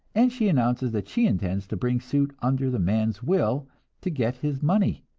and she announces that she intends to bring suit under the man's will to get his money!